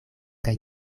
kaj